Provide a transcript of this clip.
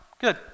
Good